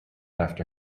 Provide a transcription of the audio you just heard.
after